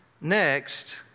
next